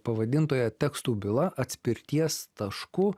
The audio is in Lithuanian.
pavadintoje tekstų byla atspirties tašku